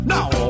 Now